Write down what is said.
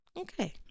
Okay